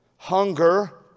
hunger